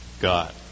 God